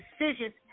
decisions